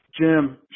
Jim